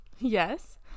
Yes